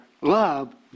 Love